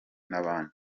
n’abandi